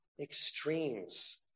extremes